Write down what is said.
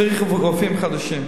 צריך רופאים חדשים,